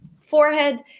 forehead